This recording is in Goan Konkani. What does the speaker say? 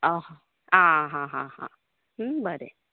अह आहाहाहा बरें